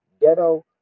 ghetto